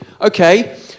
Okay